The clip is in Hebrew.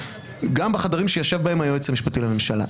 גם בחדרים שישב בהם היועץ המשפטי לממשלה.